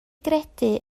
gredu